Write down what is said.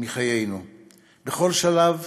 של חיינו בכל שלב